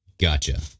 Gotcha